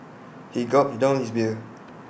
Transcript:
he gulped down his beer